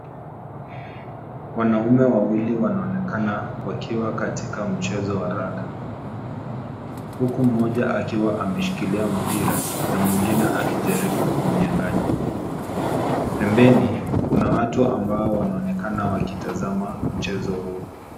Wanaume wawili wanaonekana wakiwa katika mchezo wa raga huku mmoja akiwa ameshikilia mpira na mwingine akijaribu kumnyanga'anya. Pembeni kuwa watu ambao wanaonekana wakitazama mchezo huu.